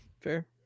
fair